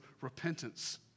repentance